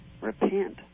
Repent